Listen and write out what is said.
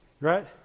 Right